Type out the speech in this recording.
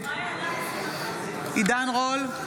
נגד עידן רול,